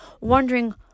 wondering